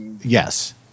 Yes